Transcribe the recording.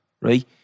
right